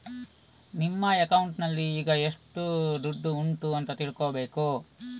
ನಿಮ್ಮ ಅಕೌಂಟಿನಲ್ಲಿ ಈಗ ಎಷ್ಟು ದುಡ್ಡು ಉಂಟು ಅಂತ ತಿಳ್ಕೊಳ್ಬೇಕು